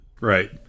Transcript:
Right